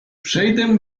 przejdę